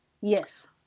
Yes